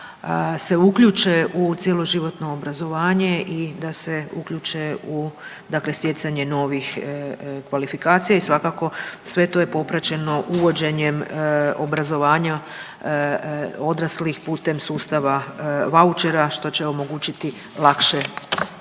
se uključe u cjeloživotno obrazovanje i da se uključe u stjecanje novih kvalifikacija i svakako sve to je popraćeno uvođenjem obrazovanja odraslih putem sustava vaučera što će omogućiti lakše